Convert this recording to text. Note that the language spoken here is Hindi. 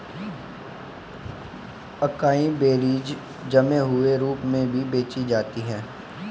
अकाई बेरीज जमे हुए रूप में भी बेची जाती हैं